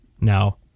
now